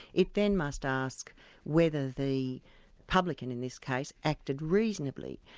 it then must ask whether the publican, in this case, acted reasonably.